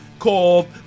called